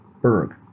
Berg